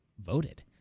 voted